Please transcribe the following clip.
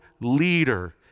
leader